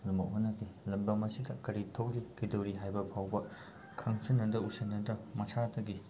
ꯑꯗꯨꯃꯛ ꯍꯣꯠꯅꯈꯤ ꯂꯝꯗꯝ ꯑꯁꯤꯗ ꯀꯔꯤ ꯊꯣꯛꯂꯤ ꯀꯩꯗꯧꯔꯤ ꯍꯥꯏꯕ ꯐꯥꯎꯕ ꯈꯪꯁꯤꯟꯅꯗ ꯎꯁꯤꯟꯅꯗ ꯃꯁꯥꯇꯒꯤ